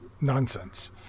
nonsense